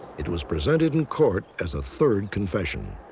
it was presented in court as a third confession.